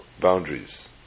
boundaries